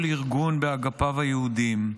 כל ארגון באגפיו הייעודיים,